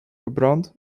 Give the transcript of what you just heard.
verbrand